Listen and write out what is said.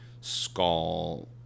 skull